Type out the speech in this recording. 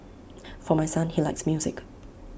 for my son he likes music